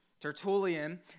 Tertullian